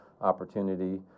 opportunity